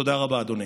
תודה רבה, אדוני.